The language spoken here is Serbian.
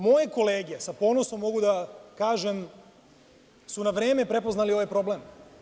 Moje kolege, sa ponosom mogu da kažem, su na vreme prepoznali ovaj problem.